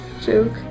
joke